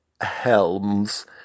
helms